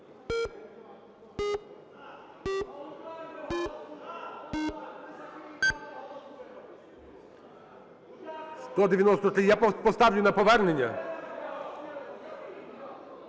зараз поставлю на повернення.